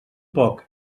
poc